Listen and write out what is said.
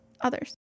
others